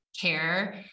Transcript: care